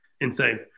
insane